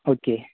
okay